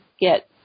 get